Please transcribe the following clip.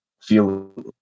feel